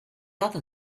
other